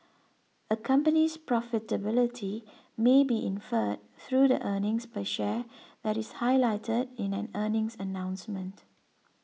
a company's profitability may be inferred through the earnings per share that is highlighted in an earnings announcement